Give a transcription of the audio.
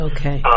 Okay